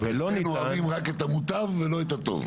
רק אצלנו אוהבים רק את המוטב ולא את הטוב.